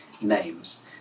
names